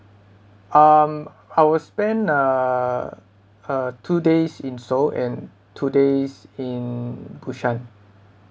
um I will spend uh uh two days in seoul and two days in busan